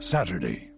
Saturday